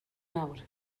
nawr